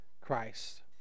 Christ